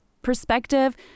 perspective